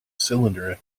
cylinder